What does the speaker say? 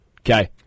Okay